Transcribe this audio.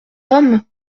homme